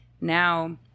now